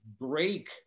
break